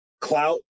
clout